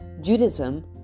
Judaism